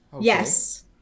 Yes